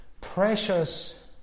Precious